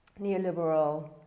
neoliberal